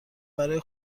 برای